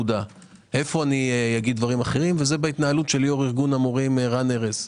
איפה אומר דברים אחרים בהתנהלות יו"ר ארגון המורים רן ארז.